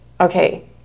okay